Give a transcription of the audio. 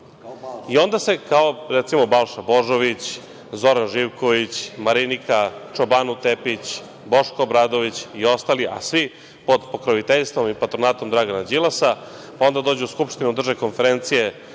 onda se, recimo kao Balša Božović, Zoran Živković, Marinika Čobano Tepić, Boško Obradović i ostali, a svi pod pokroviteljstvom i patronatom Dragana Đilasa, pa onda dođu u Skupštinu, drže konferencije